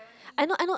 I not I not